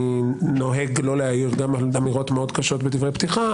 אני נוהג לא להעיר גם על אמירות מאוד קשות בדברי פתיחה.